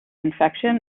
infection